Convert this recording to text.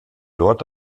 dort